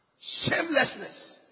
shamelessness